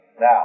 Now